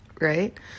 Right